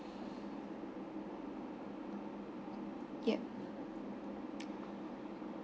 yup